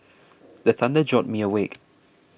the thunder jolt me awake